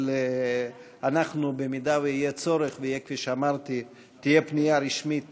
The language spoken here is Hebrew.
אבל אנחנו, במידה שיהיה צורך ותהיה פנייה רשמית